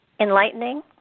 Enlightening